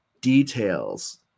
details